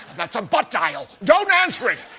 that's a butt dial. don't answer it!